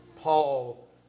Paul